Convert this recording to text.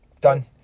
Done